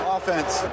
Offense